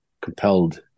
compelled